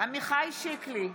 עמיחי שיקלי,